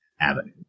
avenue